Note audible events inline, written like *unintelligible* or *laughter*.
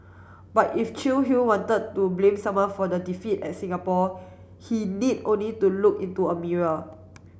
but if *unintelligible* wanted to blame someone for the defeat at Singapore he need only to look into a mirror